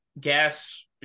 Gas